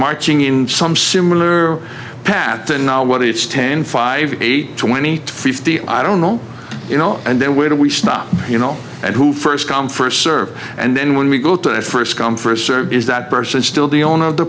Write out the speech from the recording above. marching in some similar path and now what it's ten five eight twenty fifty i don't know you know and then where do we stop you know and who first come first serve and then when we go to a first come first serve is that person still the owner of the